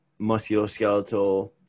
musculoskeletal